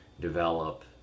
develop